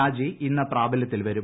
രാജി ഇന്നു പ്രാബല്യത്തിൽ വരും